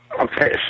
Okay